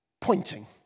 pointing